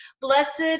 Blessed